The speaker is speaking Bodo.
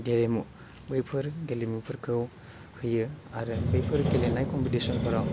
गेलेमु बैफोर गेलेमुफोरखौ होयो आरो बेफोर गेलेनाय कमपिटिसनफोराव